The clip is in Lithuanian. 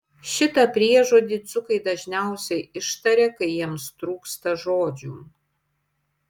šitą priežodį dzūkai dažniausiai ištaria kai jiems trūksta žodžių